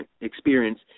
experience